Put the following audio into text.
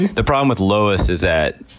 the problem with lowest is that,